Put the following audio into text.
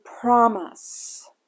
promise